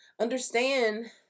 Understand